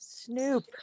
Snoop